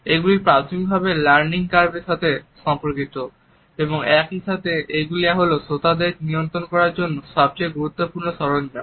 এগুলি প্রাথমিকভাবে লার্নিং কার্ভের সাথে সম্পর্কিত এবং একইসাথে এগুলি হল শ্রোতাদের নিয়ন্ত্রণ করার জন্য সবচেয়ে গুরুত্বপূর্ণ সরঞ্জাম